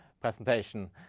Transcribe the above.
presentation